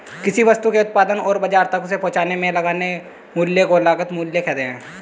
किसी वस्तु के उत्पादन और बाजार तक उसे पहुंचाने में लगने वाले मूल्य को लागत मूल्य कहते हैं